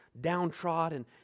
downtrodden